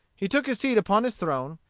he took his seat upon his throne,